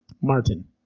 Martin